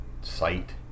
sight